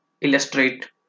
illustrate